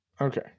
Okay